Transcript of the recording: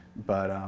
but